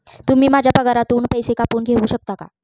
तुम्ही माझ्या पगारातून पैसे कापून घेऊ शकता का?